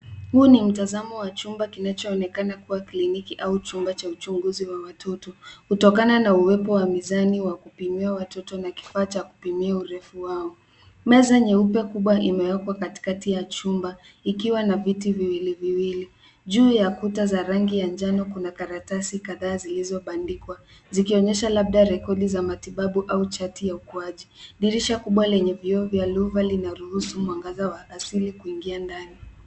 Huu ni mtazamo wa chumba kinachoonekana kuwa kliniki au chumba cha uchunguzi wa watoto, kutokana na uwepo wa mizani wa kupimia watoto na kifaa cha kupimia urefu wao. Meza nyeupe kubwa imewekwa katikati ya chumba, ikiwa na viti viwili viwili. Juu ya kuta za rangi ya njano kuna karatasi kadhaa zilizobandikwa, zikionyesha labda rekodi za matibabu au chati ya ukuaji. Dirisha kubwa lenye vioo vya aluva linaruhusu mwangaza wa asili kuingia ndani.